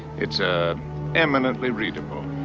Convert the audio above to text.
it's ah eminently readable.